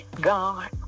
God